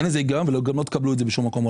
אין בזה היגיון, וגם לא תקבלו את זה בשום מקום.